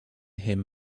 him